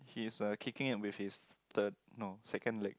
he is a kicking which is his the no second leg